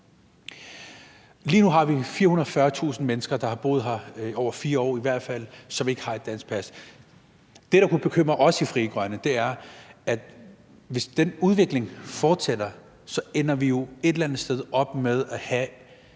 Lige nu har vi 440.000 mennesker, der har boet her i hvert fald i over 4 år, og som ikke har dansk pas. Det, der kunne bekymre os i Frie Grønne, er, at hvis den udvikling fortsætter, ender vi jo et eller andet sted op med at have